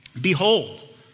behold